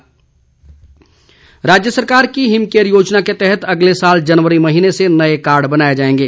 विपिन परमार राज्य सरकार की हिम केयर योजना के तहत अगले साल जनवरी महीने से नए कार्ड बनाए जाएंगे